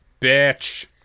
Bitch